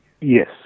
Yes